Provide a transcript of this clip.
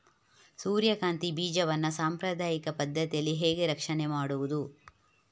ಸೂರ್ಯಕಾಂತಿ ಬೀಜವನ್ನ ಸಾಂಪ್ರದಾಯಿಕ ಪದ್ಧತಿಯಲ್ಲಿ ಹೇಗೆ ರಕ್ಷಣೆ ಮಾಡುವುದು